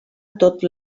tot